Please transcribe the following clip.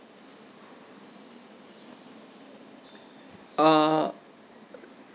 uh